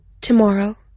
Tomorrow